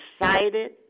excited